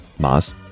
Maz